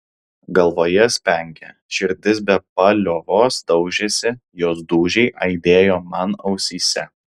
galvoje spengė širdis be paliovos daužėsi jos dūžiai aidėjo man ausyse